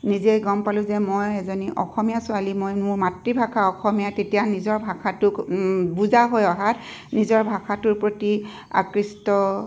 নিজেই গম পালোঁ যে মই এজনী অসমীয়া ছোৱালী মই মোৰ মাতৃভাষা অসমীয়া তেতিয়া নিজৰ ভাষাটোক বুজা হৈ অহাত নিজৰ ভাষাটোৰ প্ৰতি আকৃষ্ট